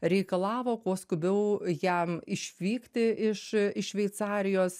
reikalavo kuo skubiau jam išvykti iš iš šveicarijos